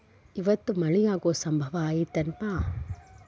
ಇವತ್ತ ಮಳೆ ಆಗು ಸಂಭವ ಐತಿ ಏನಪಾ?